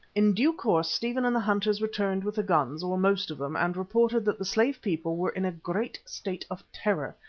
in due course stephen and the hunters returned with the guns, or most of them, and reported that the slave people were in great state of terror,